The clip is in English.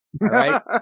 right